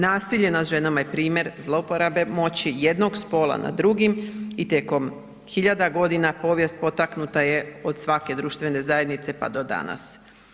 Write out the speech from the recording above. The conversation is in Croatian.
Nasilje nad ženama je primjer zlouporabe moći jednog spola nad drugim i tijekom hiljada godina povijest potaknuta je od svake društvene zajednice pa do danas.